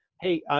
hey